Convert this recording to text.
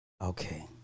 Okay